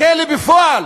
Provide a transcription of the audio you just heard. לכלא בפועל